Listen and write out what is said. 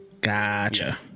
Gotcha